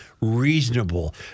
reasonable